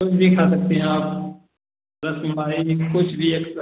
कुछ भी खा सकते है आप कुछ भी एक्स वाई ज़ेड